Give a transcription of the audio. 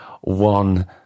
One